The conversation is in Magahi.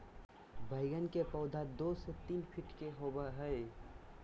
बैगन के पौधा दो से तीन फीट के होबे हइ